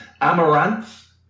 Amaranth